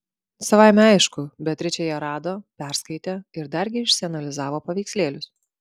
savaime aišku beatričė ją rado perskaitė ir dargi išsianalizavo paveikslėlius